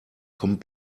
kommt